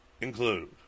include